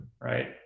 right